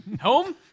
Home